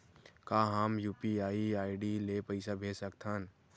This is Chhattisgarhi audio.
का हम यू.पी.आई आई.डी ले पईसा भेज सकथन?